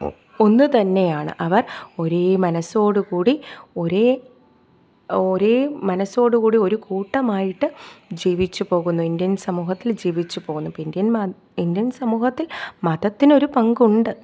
ഒന്ന് ഒന്നു തന്നെയാണ് അവർ ഒരേ മനസ്സോടു കൂടി ഒരേ ഒരേ മനസ്സോടു കൂടി ഒരു കൂട്ടമായിട്ട് ജീവിച്ചു പോകുന്നു ഇന്ത്യൻ സമൂഹത്തിൽ ജീവിച്ചു പോകുന്നു ഇപ്പം ഇന്ത്യൻ മതം ഇന്ത്യൻ സമൂഹത്തിൽ മതത്തിനൊരു പങ്കുണ്ട്